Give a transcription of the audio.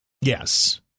Yes